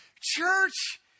church